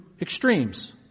extremes